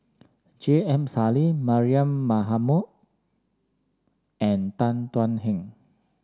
J M Sali Mariam Baharom and Tan Thuan Heng